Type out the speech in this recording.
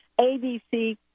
ABC